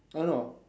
I don't know